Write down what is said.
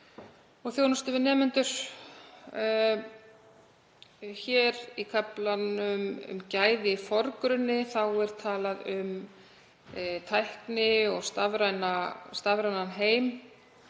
þjónustu við nemendur. Í kaflanum um gæði í forgrunni er talað um tækni og stafrænan heim